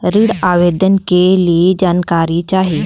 ऋण आवेदन के लिए जानकारी चाही?